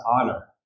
honor